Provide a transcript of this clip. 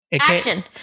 action